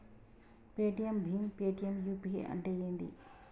Paytm భీమ్ Paytm UPI అంటే ఏంది?